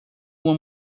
uma